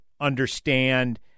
understand